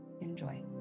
Enjoy